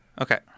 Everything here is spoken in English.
Okay